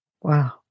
Wow